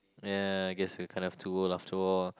ya I guess you kind of too old after all